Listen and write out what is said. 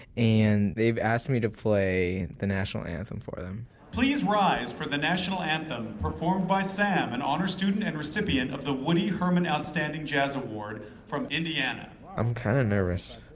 and they've asked me to play the national anthem for them please rise for the national anthem, performed by sam, an honor student and recipient of the woody herman outstanding jazz award from indiana i'm kind of nervous,